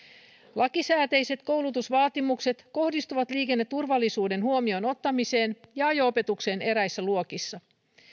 lakisääteiset koulutusvaatimukset kohdistuvat liikenneturvallisuuden huomioon ottamiseen ja ajo opetukseen eräissä luokissa